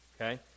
okay